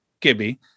Gibby